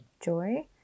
Joy